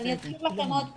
אני אזכיר לכם עוד פעם,